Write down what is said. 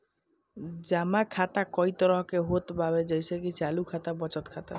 जमा खाता कई तरही के होत बाटे जइसे की चालू खाता, बचत खाता